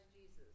Jesus